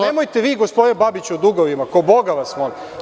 Nemojte vi gospodine Babiću o dugovima, ko Boga vas molim.